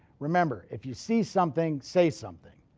remember, if you see something say something.